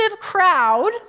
crowd